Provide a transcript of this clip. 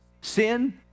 sin